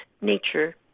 nature